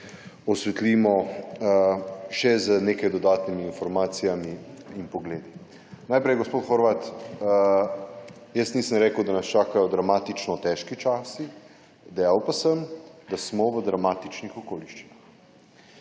osvetlimo še z nekaj dodatnimi informacijami in pogledi. Najprej, gospod Horvat, jaz nisem rekel, da nas čakajo dramatično težki časi, dejal pa sem, da smo v dramatičnih okoliščinah,